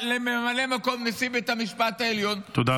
ולממלא מקום נשיא בית המשפט העליון -- תודה רבה.